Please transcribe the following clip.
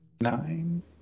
nine